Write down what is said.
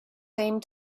same